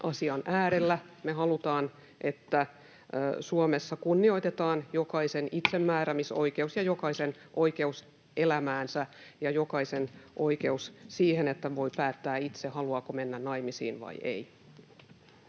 Me halutaan, että Suomessa kunnioitetaan jokaisen itsemääräämisoikeutta ja jokaisen oikeutta elämäänsä ja jokaisen oikeutta siihen, että voi päättää itse, haluaako mennä naimisiin vai ei.